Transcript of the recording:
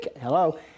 Hello